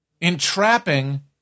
Entrapping